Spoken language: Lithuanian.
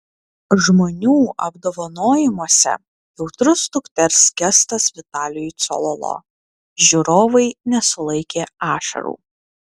žmonių apdovanojimuose jautrus dukters gestas vitalijui cololo žiūrovai nesulaikė ašarų